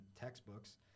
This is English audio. textbooks